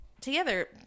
together